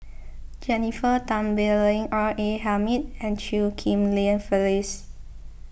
Jennifer Tan Bee Leng R A Hamid and Chew Ghim Lian Phyllis